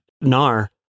NAR